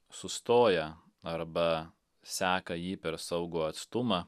sustoja arba seka jį per saugų atstumą